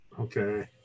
Okay